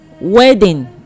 Wedding